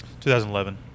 2011